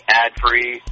ad-free